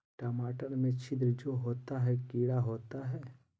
टमाटर में छिद्र जो होता है किडा होता है?